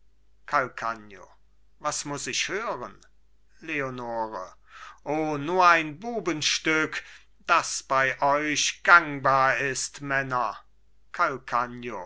calcagno was muß ich hören leonore o nur ein bubenstück das bei euch gangbar ist männer